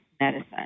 medicine